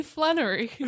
Flannery